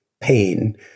pain